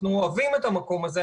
אנחנו אוהבים את המקום הזה,